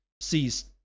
sees